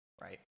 Right